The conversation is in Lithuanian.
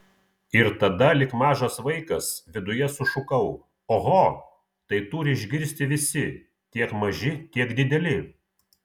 ir tada lyg mažas vaikas viduje sušukau oho tai turi išgirsti visi tiek maži tiek dideli